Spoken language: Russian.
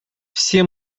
все